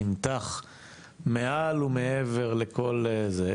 נמתח מעל ומעבר לכל זה,